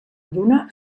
lluna